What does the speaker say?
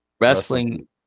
wrestling